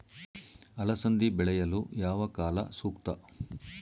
ಅಲಸಂದಿ ಬೆಳೆಯಲು ಯಾವ ಕಾಲ ಸೂಕ್ತ?